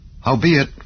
Howbeit